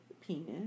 penis